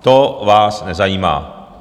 To vás nezajímá!